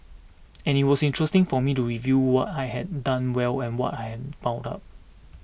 and it was interesting for me to review what I had done well and what I had fouled up